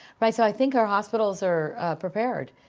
right. so i think our hospitals are prepared.